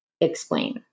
explain